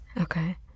okay